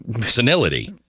senility